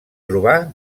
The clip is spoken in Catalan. trobar